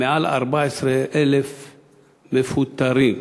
מעל 14,000 מפוטרים.